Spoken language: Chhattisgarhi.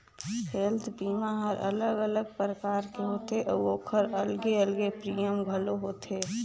हेल्थ बीमा हर अलग अलग परकार के होथे अउ ओखर अलगे अलगे प्रीमियम घलो होथे